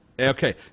Okay